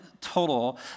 total